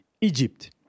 Egypt